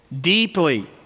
deeply